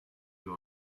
you